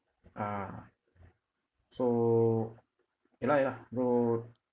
ah so ya lah ya lah whole